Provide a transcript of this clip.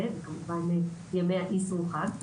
זה וכמובן ימי האסרו חג.